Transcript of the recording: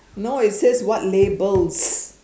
no it says what labels